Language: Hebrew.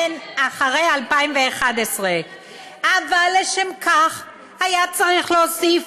אחרי 2011. אבל לשם כך היה צריך להוסיף,